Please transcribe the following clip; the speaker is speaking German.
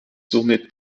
somit